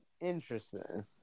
Interesting